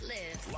Live